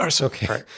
Okay